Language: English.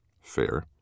Fair